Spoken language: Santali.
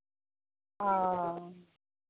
ᱚᱸᱻ